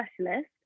specialist